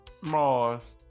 Mars